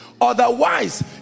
Otherwise